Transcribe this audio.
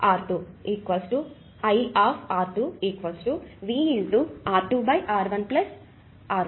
R2 R1 R2